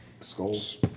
Skulls